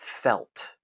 felt